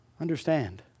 Understand